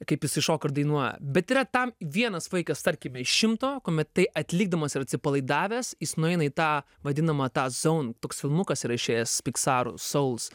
kaip jisai šoka ir dainuoja bet yra tam vienas vaikas tarkime iš šimto kuomet tai atlikdamas ir atsipalaidavęs jis nueina į tą vadinamą tą zone toks filmukas yra išėjęs piksarų souls